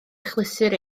achlysur